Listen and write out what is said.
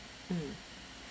mm